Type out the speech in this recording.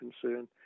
concern